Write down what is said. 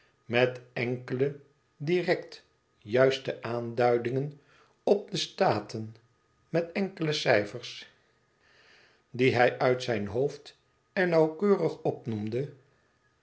met enkele direct juiste aanduidingen op de staten met enkele cijfers die hij uit zijn hoofd en nauwkeurig opnoemde